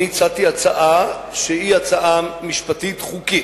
אני הצעתי הצעה שהיא הצעה משפטית-חוקית.